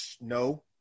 No